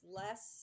less